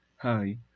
Hi